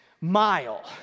mile